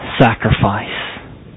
sacrifice